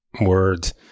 words